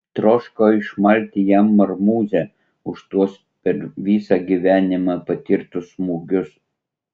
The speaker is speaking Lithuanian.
troško išmalti jam marmūzę už tuos per visą gyvenimą patirtus smūgius